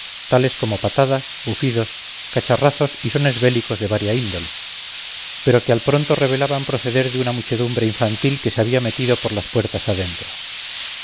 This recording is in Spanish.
tales como patadas bufidos cacharrazos y sones bélicos de varia índole pero que al pronto revelaban proceder de una muchedumbre infantil que se había metido por las puertas adentro